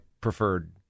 preferred